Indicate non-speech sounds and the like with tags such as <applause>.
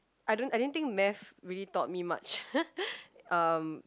I don't I didn't think math really taught me much <noise> um